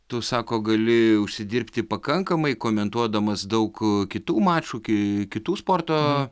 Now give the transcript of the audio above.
tu sako gali užsidirbti pakankamai komentuodamas daug kitų mačų kii kitų sporto